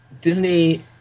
Disney